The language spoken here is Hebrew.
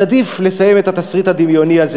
אז עדיף לסיים את התסריט הדמיוני הזה